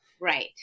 Right